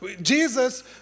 Jesus